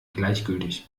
gleichgültig